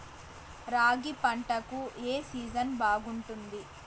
రాగి పంటకు, ఏ సీజన్ బాగుంటుంది?